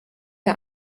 der